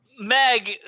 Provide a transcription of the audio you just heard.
Meg